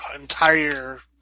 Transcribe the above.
entire